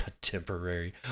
temporary